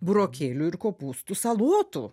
burokėlių ir kopūstų salotų